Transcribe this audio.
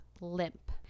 limp